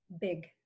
big